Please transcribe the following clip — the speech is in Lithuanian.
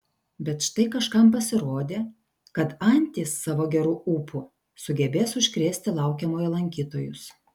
bet štai kažkam pasirodė kad antys savo geru ūpu sugebės užkrėsti laukiamojo lankytojus